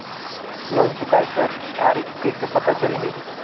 Loan चुकाय कर तारीक कइसे पता चलही?